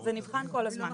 זה נבחן כל הזמן.